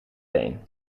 teen